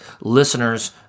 listeners